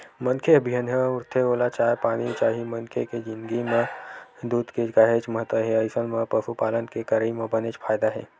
मनखे ह बिहनिया उठथे ओला चाय पानी चाही मनखे के जिनगी म दूद के काहेच महत्ता हे अइसन म पसुपालन के करई म बनेच फायदा हे